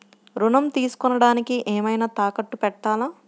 ఋణం తీసుకొనుటానికి ఏమైనా తాకట్టు పెట్టాలా?